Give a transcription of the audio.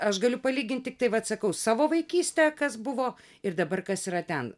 aš galiu palyginti tiktai vat sakau savo vaikystę kas buvo ir dabar kas yra ten